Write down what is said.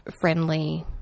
friendly